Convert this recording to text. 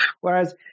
Whereas